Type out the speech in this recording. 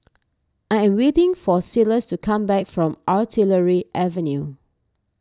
I am waiting for Silas to come back from Artillery Avenue